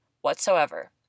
whatsoever